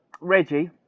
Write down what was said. Reggie